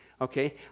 Okay